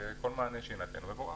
כל מענה שיינתן הוא מבורך.